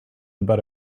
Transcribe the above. about